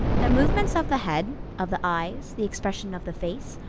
the movements of the head, of the eyes, the expression of the face,